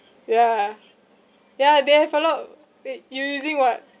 yeah ya they have a lot of wait you using what